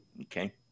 okay